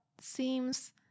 seems